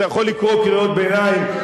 אתה יכול לקרוא קריאות ביניים,